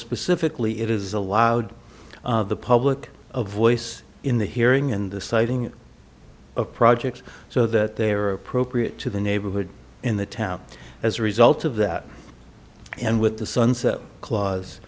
specifically it is allowed the public voice in the hearing and the siting of projects so that they are appropriate to the neighborhood in the town as a result of that and with the sunset cla